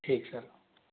ठीक सर